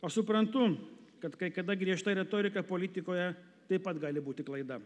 aš suprantu kad kai kada griežta retorika politikoje taip pat gali būti klaida